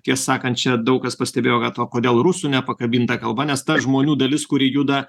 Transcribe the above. tiesą sakant čia daug kas pastebėjo kad va kodėl rusų nepakabinta kalba nes ta žmonių dalis kuri juda